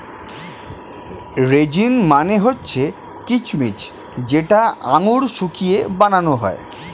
raisin মানে হচ্ছে কিচমিচ যেটা আঙুর শুকিয়ে বানানো হয়